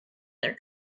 their